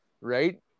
right